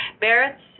Barrett's